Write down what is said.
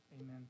Amen